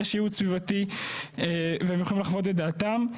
יש ייעוץ סביבתי והם יכולים לחוות את דעתם.